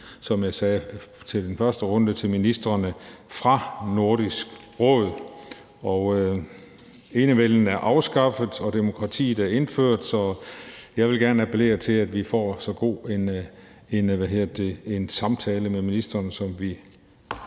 som jeg sagde til ministrene i den første runde. Enevælden er afskaffet, og demokratiet er indført, så jeg vil gerne appellere til, at vi får så god en samtale med ministrene som muligt.